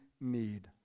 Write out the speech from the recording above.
need